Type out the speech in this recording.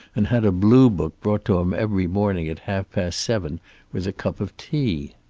and had a blue book brought to him every morning at half-past seven with a cup of tea.